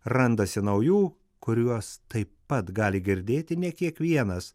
randasi naujų kuriuos taip pat gali girdėti ne kiekvienas